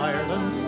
Ireland